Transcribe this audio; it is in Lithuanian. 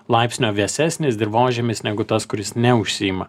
laipsnio vėsesnis dirvožemis negu tas kuris neužsiima